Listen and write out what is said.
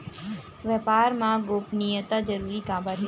व्यापार मा गोपनीयता जरूरी काबर हे?